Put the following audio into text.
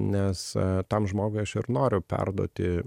nes tam žmogui aš ir noriu perduoti